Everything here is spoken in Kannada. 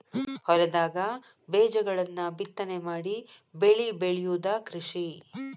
ಹೊಲದಾಗ ಬೇಜಗಳನ್ನ ಬಿತ್ತನೆ ಮಾಡಿ ಬೆಳಿ ಬೆಳಿಯುದ ಕೃಷಿ